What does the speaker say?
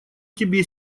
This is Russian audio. тебе